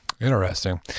Interesting